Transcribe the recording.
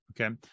okay